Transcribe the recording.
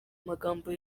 amagambo